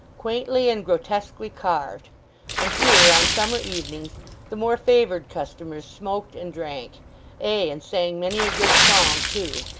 quaintly and grotesquely carved and here on summer evenings the more favoured customers smoked and drank ay, and sang many a good song too,